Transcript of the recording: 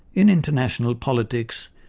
in international politics,